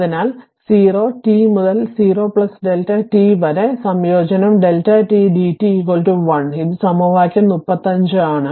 അതിനാൽ 0 t മുതൽ 0 Δ t വരെ സംയോജനം Δ t dt 1 ഇത് സമവാക്യം 35 ആണ്